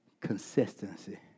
consistency